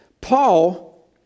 Paul